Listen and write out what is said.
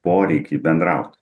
poreikį bendraut